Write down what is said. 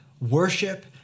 worship